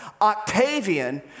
Octavian